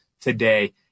today